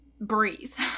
breathe